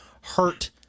hurt